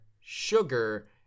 sugar